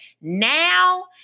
Now